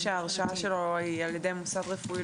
שההרשאה שלו היא על ידי מוסד רפואי,